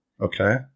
Okay